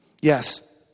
Yes